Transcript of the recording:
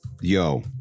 Yo